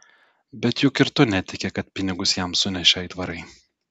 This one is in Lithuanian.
bet juk ir tu netiki kad pinigus jam sunešė aitvarai